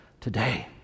today